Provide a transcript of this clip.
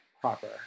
proper